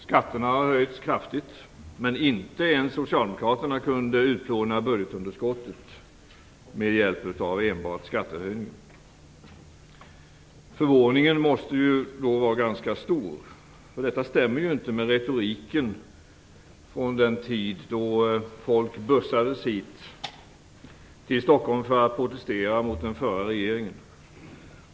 Skatterna har höjts kraftigt, men inte ens socialdemokraterna kunde utplåna budgetunderskottet genom enbart skattehöjningar. Förvåningen måste då vara ganska stor. Detta stämmer ju inte med retoriken från den tid när folk bussades till Stockholm för att protestera mot den förra regeringen.